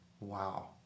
Wow